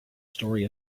story